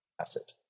asset